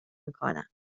میکنن